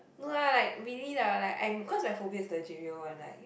no ah like really lah like I'm cause my phobia is legit real one like